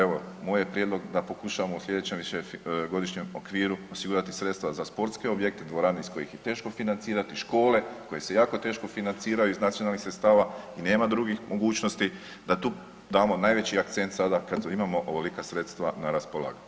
Evo moj je prijedlog da pokušamo u sljedećem višegodišnjem okviru osigurati sredstva za sportske objekte, dvorane koje je teško financirati, škole koje se jako teško financiraju iz nacionalnih sredstava i nema drugih mogućnosti da tu damo najveći akcent sada kad imamo ovolika sredstva na raspolaganju.